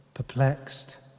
perplexed